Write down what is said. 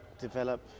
develop